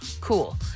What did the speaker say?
Cool